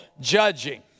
judging